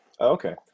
okay